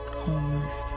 homeless